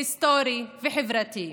היסטורי וחברתי,